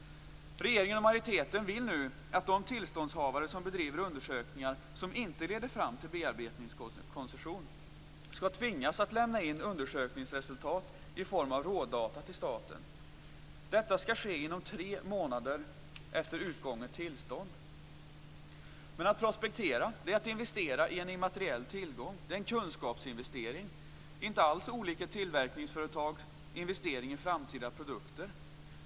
Regeringen och majoriteten vill nu att de tillståndshavare som bedriver undersökningar som inte leder fram till bearbetningskoncession skall tvingas att lämna in undersökningsresultat i form av rådata till staten. Detta skall ske inom tre månader efter utgånget tillstånd. Men att prospektera är att investera i en immateriell tillgång. Det är en kunskapsinvestering, inte alls olik ett tillverkningsföretags investering i framtida produkter.